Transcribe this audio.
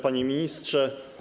Panie Ministrze!